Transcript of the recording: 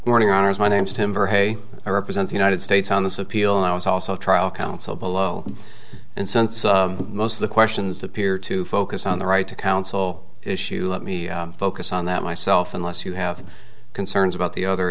morning hours my name's timber hey i represent the united states on this appeal i was also trial counsel below and since most of the questions appear to focus on the right to counsel issue let me focus on that myself unless you have concerns about the other